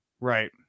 Right